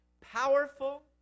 Powerful